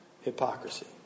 Hypocrisy